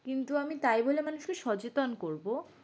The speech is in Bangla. কিন্তু আমি তাই বলে মানুষকে সচেতন করবো